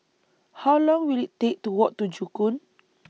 How Long Will IT Take to Walk to Joo Koon